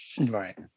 Right